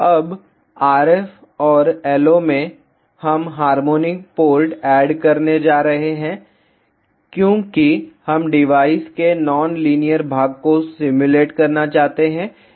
अब RF और LO में हम हार्मोनिक पोर्ट ऐड करने जा रहे हैं क्योंकि हम डिवाइस के नॉन लीनियर भाग को सिम्युलेट करना चाहते हैं